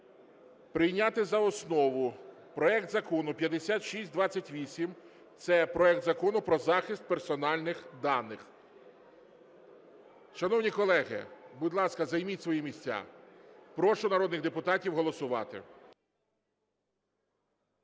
прийняти за основу проект Закону 5628 – це проект Закону про захист персональних даних. Шановні колеги, будь ласка, займіть свої місця. Прошу народних депутатів голосувати.